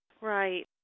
Right